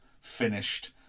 finished